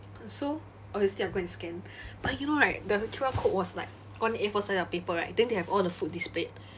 so obviously I go and scan but you know right the Q_R code was like one A four size of paper right then they have all the food displayed